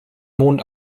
mond